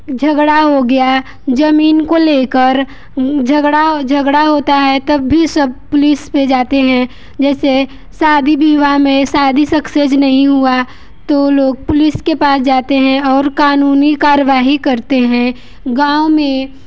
झगड़ा हो गया जमीन को लेकर झगड़ा झगड़ा होता है तब भी सब पुलिस पे जाते हैं जैसे शादी विवाह में शादी सक्सेस नहीं हुआ तो लोग पुलिस के पास जाते हैं और कानूनी कार्यवाही करते हैं गाँव में